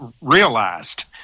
realized